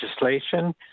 legislation